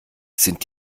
sind